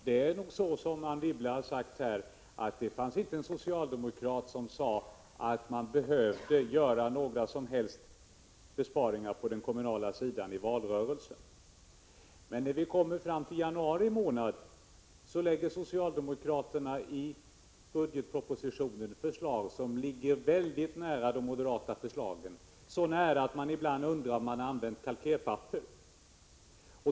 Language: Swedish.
Det är nog så, som Anne Wibble har sagt här, att det inte fanns någon socialdemokrat som i valrörelsen sade att man behövde göra några som helst besparingar på den kommunala sidan. Men när vi kom fram till januari månad i år lade socialdemokraterna i budgetpropositionen fram förslag som låg mycket nära de moderata förslagen, så nära att man ibland undrar om de inte använde kalkerpapper.